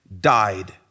died